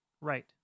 Right